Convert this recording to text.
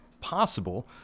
possible